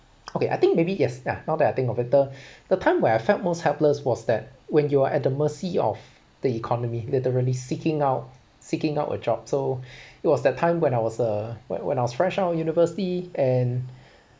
okay I think maybe yes ya now that I think of it the the time where I felt most helpless was that when you're at the mercy of the economy literally seeking out seeking out a job so it was that time when I was uh when I was fresh out of university and